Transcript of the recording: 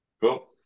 Cool